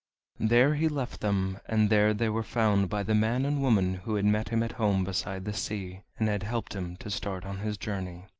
there he left them, and there they were found by the man and woman who had met him at home beside the sea, and had helped him to start on his journey.